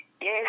Yes